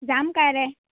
যাম কাইলৈ